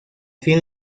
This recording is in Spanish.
fin